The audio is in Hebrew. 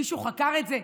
מישהו חקר את זה?